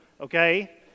Okay